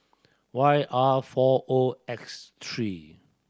Y R four O X three